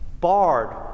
barred